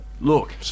Look